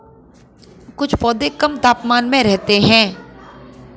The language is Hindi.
कुछ पौधे कम तापमान में रहते हैं